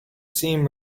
seam